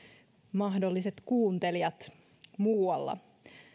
mahdolliset kuuntelijat muualla